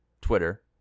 Twitter